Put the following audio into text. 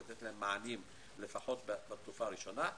לתת להם מענים לפחות בתקופה הראשונה.